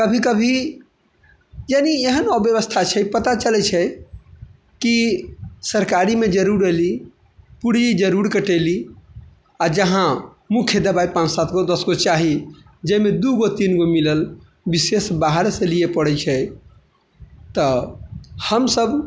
कभी कभी यानि एहन अव्यवस्था छै पता चलै छै कि सरकारीमे जरूर अयलीह पूर्जी जरूर कटेलीह आ जहाँ मुख्य दवाइ पाँच सात गो दस गो चाही जाहिमे दू गो तीन गो मिलल विशेष बाहर से लिए पड़ै छै तऽ हम सभ